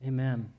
Amen